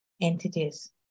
entities